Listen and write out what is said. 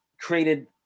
created